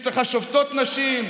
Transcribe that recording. יש לך שופטות נשים.